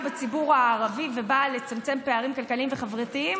בציבור הערבי ובאה לצמצם פערים כלכליים וחברתיים,